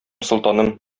солтаным